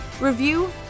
review